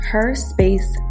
Herspace